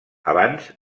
abans